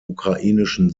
ukrainischen